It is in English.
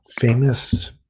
Famous